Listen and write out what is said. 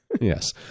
Yes